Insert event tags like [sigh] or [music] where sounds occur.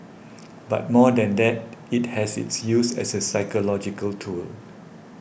[noise] but more than that it has its use as a psychological tool